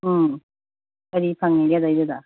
ꯎꯝ ꯀꯔꯤ ꯐꯪꯏꯒꯦ ꯑꯗꯩꯗꯨꯗ